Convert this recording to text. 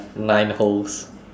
nine holes